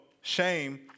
shame